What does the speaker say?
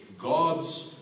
God's